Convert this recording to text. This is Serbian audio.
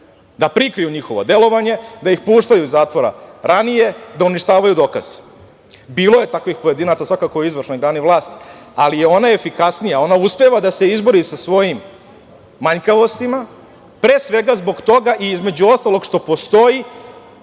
da prikriju njihovo delovanje, da ih puštaju iz zatvora ranije, da uništavaju dokaze. Bilo je takvih pojedinaca svakako u izvršnoj grani vlasti, ali je ona efikasnija, ona uspeva da se izbori sa svojim manjkavostima, pre svega zbog toga i između ostalog što postoji